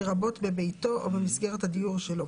לרבות בביתו או במסגרת הדיור שלו.